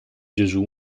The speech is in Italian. gesù